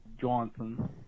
Johnson